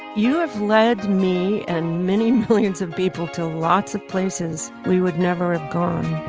you have led me and many millions of people to lots of places we would never have gone